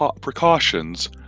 precautions